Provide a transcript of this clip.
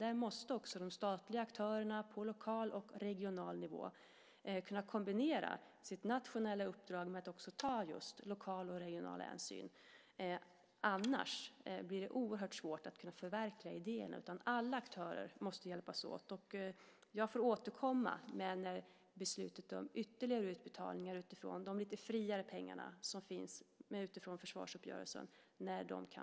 De statliga aktörerna måste kombinera sitt nationella uppdrag på lokal och regional nivå genom att just ta lokal och regional hänsyn. Annars blir det oerhört svårt att kunna förverkliga idéerna. Alla aktörer måste hjälpas åt, och jag får återkomma med besked om när beslut kan fattas om ytterligare utbetalningar av de lite "friare" pengarna från försvarsuppgörelsen.